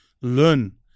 Learn